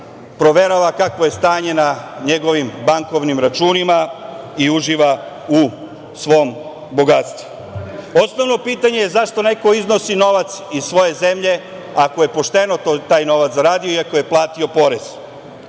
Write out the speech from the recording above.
proverava kakvo je stanje na njegovim bankovnim računima i uživa u svom bogatstvu. Osnovno je pitanje - zašto neko iznosi novac iz svoje zemlje ako je pošteno taj novac zaradio i ako je platio porez?